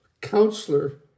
counselor